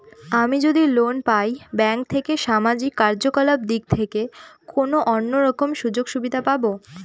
আমি যদি লোন পাই ব্যাংক থেকে সামাজিক কার্যকলাপ দিক থেকে কোনো অন্য রকম সুযোগ সুবিধা পাবো?